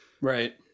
right